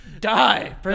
Die